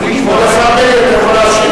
כבוד השר בגין,